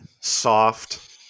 soft